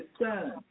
son